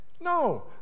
No